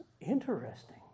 interesting